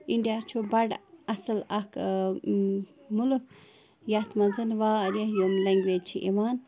India چھُ بَڑٕ اَصٕل اَکھ مٕلٕک یَتھ منٛزَن واریاہ یِم لینٛگویج چھِ یِوان